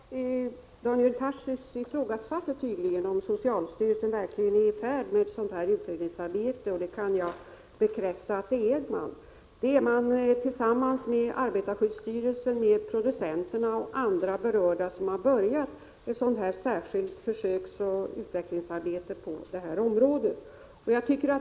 Herr talman! Daniel Tarschys ifrågasatte tydligen om socialstyrelsen verkligen är i färd med ett sådant utredningsarbete. Jag kan bekräfta att socialstyrelsen tillsammans med arbetarskyddsstyrelsen, producenterna och andra berörda har börjat ett försöksoch utvecklingsarbete på detta område.